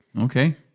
Okay